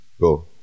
go